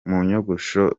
nyogosho